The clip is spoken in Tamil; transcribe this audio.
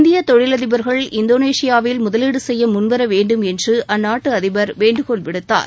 இந்திய தொழிலதிபர்கள் இந்தோனேஷியாவில் முதலீடு செய்ய முன்வரவேண்டும் என்று அந்நாட்டு அதிபர் வேண்டுகோள் விடுத்தார்